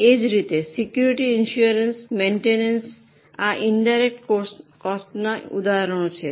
એ જ રીતે security insurance maintenance આ ઇનડાયરેક્ટ કોસ્ટનાં ઉદાહરણો છે